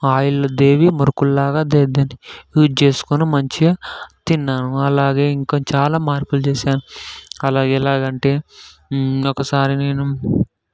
ఆయిల్లో దేవి మూరుకుల్లాగా ఇది యూస్ చేసుకొని మంచిగా తిన్నాను అలాగే ఇంకా చాలా మార్పులు చేశాను అలాగా ఎలాగ అంటే ఒకసారి నేను